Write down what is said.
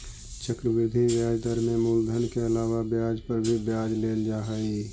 चक्रवृद्धि ब्याज दर में मूलधन के अलावा ब्याज पर भी ब्याज लेल जा हई